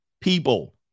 people